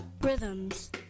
Rhythms